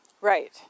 Right